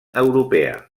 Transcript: europea